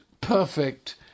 perfect